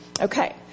Okay